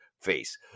face